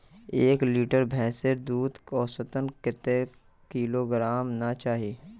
एक लीटर भैंसेर दूध औसतन कतेक किलोग्होराम ना चही?